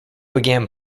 began